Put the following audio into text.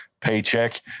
paycheck